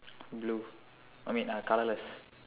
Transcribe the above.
blue I mean uh colourless